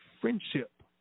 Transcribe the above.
friendship